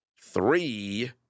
three